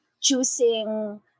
choosing